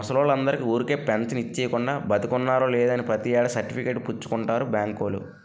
ముసలోల్లందరికీ ఊరికే పెంచను ఇచ్చీకుండా, బతికున్నారో లేదో అని ప్రతి ఏడాది సర్టిఫికేట్ పుచ్చుకుంటారు బాంకోల్లు